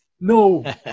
no